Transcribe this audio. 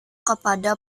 kepada